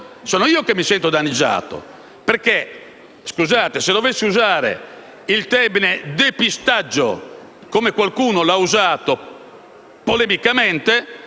Sono io che mi sento danneggiato, perché se dovessi usare il termine «depistaggio», come qualcuno lo ha usato, polemicamente,